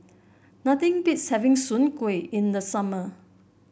nothing beats having Soon Kway in the summer